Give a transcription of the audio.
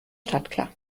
startklar